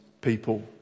people